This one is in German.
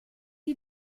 die